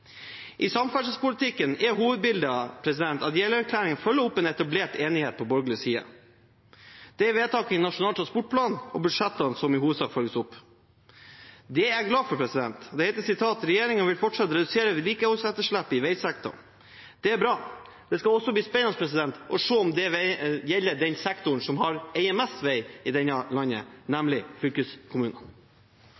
I samferdselspolitikken er hovedbildet at Jeløya-erklæringen følger opp en etablert enighet på borgerlig side. Det er vedtak i Nasjonal transportplan og budsjettene som i hovedsak følges opp. Det er jeg glad for. Det heter: «Regjeringen vil fortsette å redusere vedlikeholdsetterslepet i veisektoren.» Det er bra. Det skal også bli spennende å se om det gjelder den sektoren som eier mest vei i dette landet, nemlig fylkeskommunene. Det skal merkes at et sosialliberalt parti som Venstre har trådt inn i